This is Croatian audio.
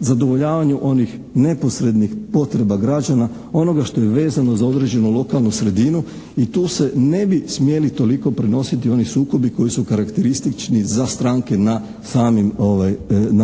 zadovoljavanju onih neposrednih potreba građana, onoga što je vezano za određenu lokalnu sredinu i tu se ne bi smjeli toliko prenositi oni sukobi koji su karakteristični za stranke na